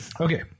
Okay